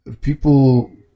people